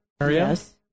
Yes